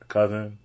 Cousin